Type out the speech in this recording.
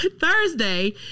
Thursday